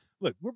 Look